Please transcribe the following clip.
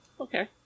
okay